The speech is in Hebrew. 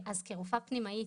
אז כרופאה פנימאית,